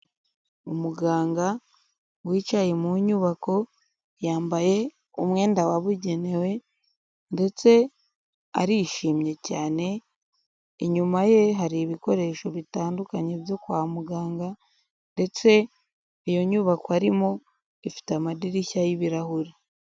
Umuganga wicaye mu nyubako, yambaye umwenda wabugenewe ndetse arishimye cyane, inyuma ye hari ibikoresho bitandukanye byo kwa muganga ndetse iyo nyubako arimo, ifite amadirishya y'ibirahuri.